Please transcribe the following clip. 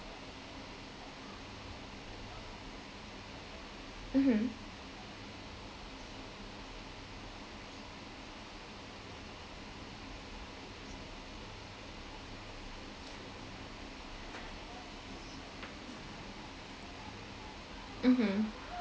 mmhmm mmhmm